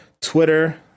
Twitter